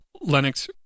lennox